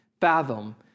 fathom